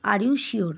are you sure